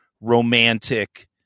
romantic